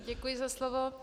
Děkuji za slovo.